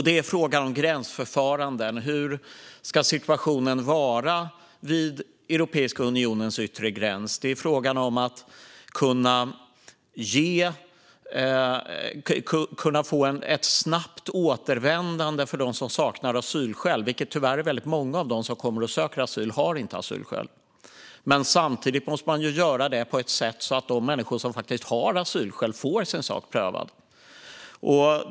Det är en fråga om gränsförfaranden och hur situationen ska vara vid Europeiska unionens yttre gräns. Och det är fråga om att kunna få ett snabbt återvändande för dem som saknar asylskäl, vilket tyvärr är väldigt många av dem som söker asyl. Samtidigt måste man göra detta på ett sätt som gör att de människor som faktiskt har asylskäl får sin sak prövad.